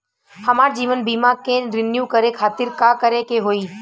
हमार जीवन बीमा के रिन्यू करे खातिर का करे के होई?